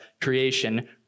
creation